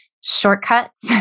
shortcuts